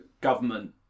government